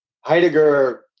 Heidegger